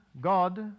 God